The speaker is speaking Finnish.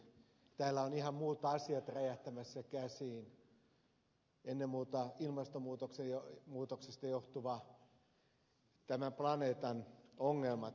täällä ovat ihan muut asiat räjähtämässä käsiin ennen muuta ilmastonmuutoksesta johtuvat tämän planeetan ongelmat